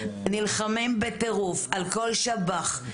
נלחמים בטירוף על כל שב"ח,